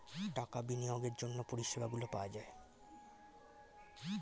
টাকা বিনিয়োগের জন্য পরিষেবাগুলো পাওয়া যায়